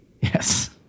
Yes